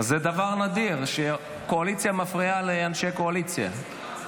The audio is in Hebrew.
זה דבר נדיר שקואליציה מפריעה לאנשי קואליציה.